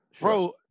Bro